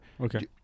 Okay